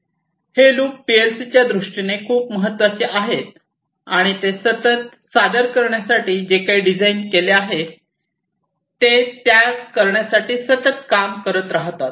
हे लूप पीएलसीच्या दृष्टीने खूप महत्वाचे आहे आणि ते सतत ते सादर करण्यासाठी जे काही डिझाइन केले आहेत त्या करण्यासाठी सतत काम करत राहतात